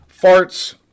farts